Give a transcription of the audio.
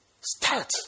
Start